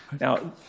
now